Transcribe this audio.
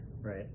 right